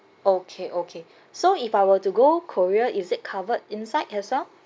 okay okay so if I were to go korea is it covered inside as well